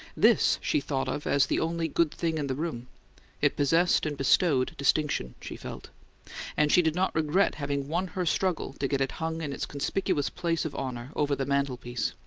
this she thought of as the only good thing in the room it possessed and bestowed distinction, she felt and she did not regret having won her struggle to get it hung in its conspicuous place of honour over the mantelpiece.